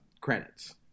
credits